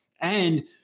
And-